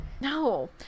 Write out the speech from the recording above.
no